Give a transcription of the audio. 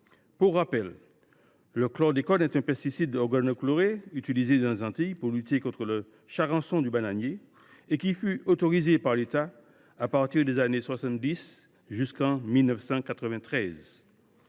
Pour rappel, le chlordécone est un pesticide organochloré utilisé dans les Antilles pour lutter contre le charançon du bananier et qui fut autorisé par l’État à partir des années 1970, et ce jusqu’en 1993.